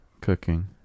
cooking